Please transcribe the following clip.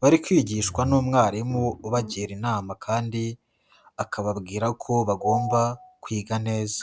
bari kwigishwa n'umwarimu ubagira inama kandi akababwira ko bagomba kwiga neza.